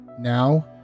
now